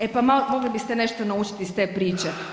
E pa mogli biste nešto naučiti iz te priče.